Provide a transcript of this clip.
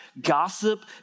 Gossip